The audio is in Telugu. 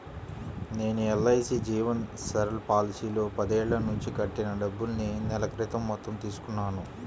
నేను ఎల్.ఐ.సీ జీవన్ సరల్ పాలసీలో పదేళ్ళ నుంచి కట్టిన డబ్బుల్ని నెల క్రితం మొత్తం తీసుకున్నాను